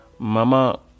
Mama